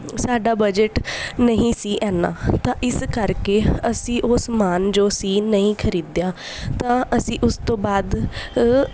ਸਾਡਾ ਬਜਟ ਨਹੀਂ ਸੀ ਇੰਨਾ ਤਾਂ ਇਸ ਕਰਕੇ ਅਸੀਂ ਉਹ ਸਮਾਨ ਜੋ ਸੀ ਨਹੀਂ ਖਰੀਦਿਆ ਤਾਂ ਅਸੀਂ ਉਸ ਤੋਂ ਬਾਅਦ